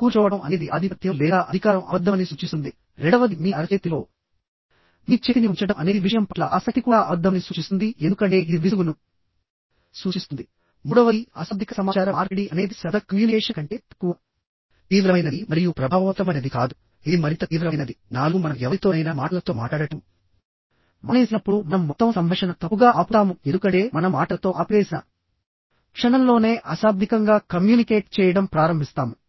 కూర్చోవడం అనేది ఆధిపత్యం లేదా అధికారం అబద్ధమని సూచిస్తుంది రెండవది మీ అరచేతిలో మీ చేతిని ఉంచడం అనేది విషయం పట్ల ఆసక్తి కూడా అబద్ధమని సూచిస్తుంది ఎందుకంటే ఇది విసుగును సూచిస్తుంది మూడవది అశాబ్దిక సమాచార మార్పిడి అనేది శబ్ద కమ్యూనికేషన్ కంటే తక్కువ తీవ్రమైనది మరియు ప్రభావవంతమైనది కాదుఇది మరింత తీవ్రమైనది 4 మనం ఎవరితోనైనా మాటలతో మాట్లాడటం మానేసినప్పుడు మనం మొత్తం సంభాషణను తప్పుగా ఆపుతాము ఎందుకంటే మనం మాటలతో ఆపివేసిన క్షణంలోనే అశాబ్దికంగా కమ్యూనికేట్ చేయడం ప్రారంభిస్తాము